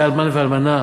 היה אלמן ואלמנה,